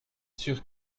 sûr